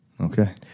Okay